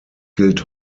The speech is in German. gilt